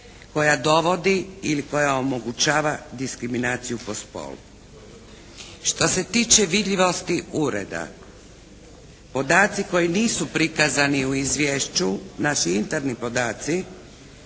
koja dovodi ili koja omogućava diskriminaciju po spolu. Što se tiče vidljivosti Ureda podaci koji nisu prikazani u izvješću, naši interni podaci